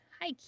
Hi